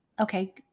Okay